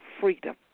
freedom